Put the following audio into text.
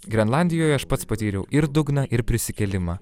grenlandijoje aš pats patyriau ir dugną ir prisikėlimą